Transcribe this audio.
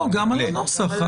גם על הנוסח.